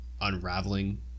unraveling